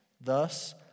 Thus